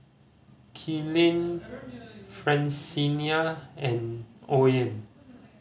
Killian Francina and Oren